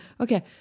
Okay